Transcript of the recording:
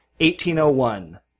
1801